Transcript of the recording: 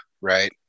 right